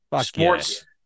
sports